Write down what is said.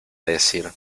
decir